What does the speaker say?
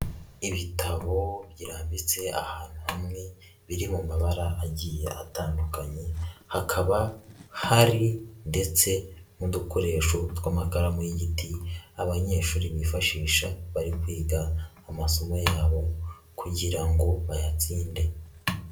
Ibitabo birambitse ahantu hamwe biri mu mabara agiye atandukanye, hakaba hari ndetse n'udukoresho tw'amakaramu y'igiti abanyeshuri bifashisha bari kwiga amasomo yabo kugira ngo bayatsinde.